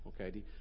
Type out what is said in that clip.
Okay